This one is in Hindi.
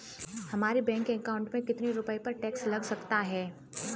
हमारे बैंक अकाउंट में कितने रुपये पर टैक्स लग सकता है?